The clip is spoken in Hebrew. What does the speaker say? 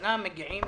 שבשנה אחת מגיעים